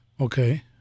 Okay